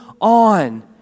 on